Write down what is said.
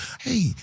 hey